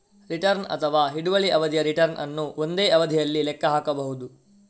return ಅಥವಾ ಹಿಡುವಳಿ ಅವಧಿಯ ರಿಟರ್ನ್ ಅನ್ನು ಒಂದೇ ಅವಧಿಯಲ್ಲಿ ಲೆಕ್ಕ ಹಾಕಬಹುದು